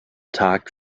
tag